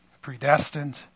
predestined